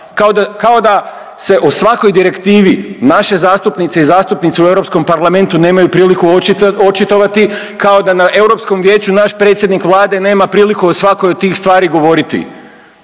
kao da se o svakoj direktivi naše zastupnice i zastupnici u EP-u nemaju priliku očitovati, kao da na Europskom vijeću naš predsjednik Vlade nema priliku o svakoj od tih stvari govoriti.